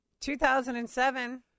2007